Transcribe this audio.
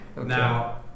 now